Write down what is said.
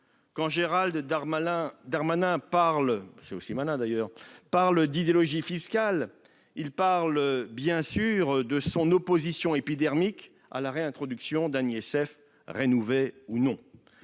Quand Gérald Darmanin parle d'idéologie fiscale, il parle bien sûr de son opposition épidermique à la réintroduction d'un ISF, rénové ou non.